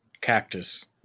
cactus